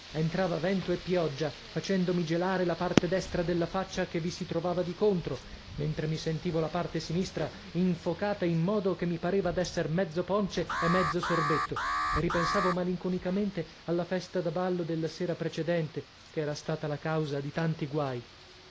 entrava vento e pioggia facendomi gelare la parte destra della faccia che vi si trovava di contro mentre mi sentivo la parte sinistra infocata in modo che mi pareva d'esser mezzo ponce e mezzo sorbetto e ripensavo malinconicamente alla festa da ballo della sera precedente che era stata la causa di tanti guai